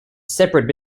separate